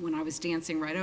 when i was dancing right